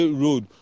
road